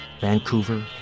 Vancouver